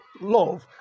love